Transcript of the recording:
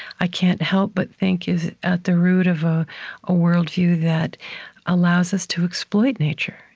i can't help but think is at the root of a ah worldview that allows us to exploit nature.